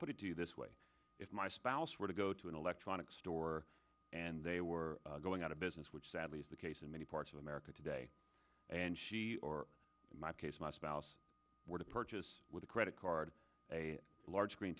put it to you this way if my spouse were to go to an electronics store and they were going out of business which sadly is the case in many parts of america today and or in my case my spouse were to purchase with a credit card a large screen